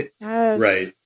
Right